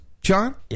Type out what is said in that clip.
John